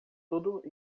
tudo